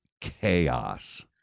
chaos